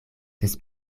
des